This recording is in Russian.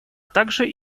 также